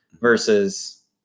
versus